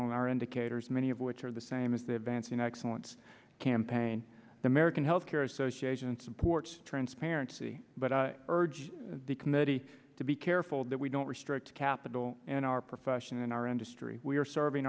on our indicators many of which are the same as the events in excellence campaign the american health care association supports transparency but i urge the committee to be careful that we don't restrict capital in our profession in our industry we are serving